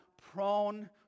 prone